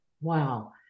wow